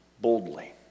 boldly